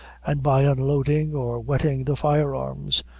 and by unloading or wetting the fire-arms,